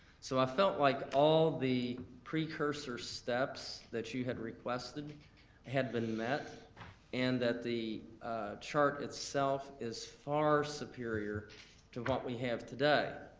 so i felt like all the precursor steps that you had requested had been met and that the chart itself is far superior to what we have today.